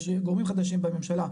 יש גורמים חדשים בממשלה,